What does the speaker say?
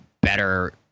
better